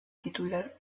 titular